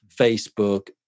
Facebook